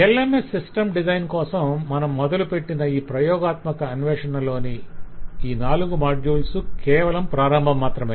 LMS system design కోసం మనం మొదలుపెట్టిన ఈ ప్రయోగాత్మక అన్వేషణలోని ఈ నాలుగు మాడ్యూల్స్ కేవలం ప్రారంభం మాత్రమే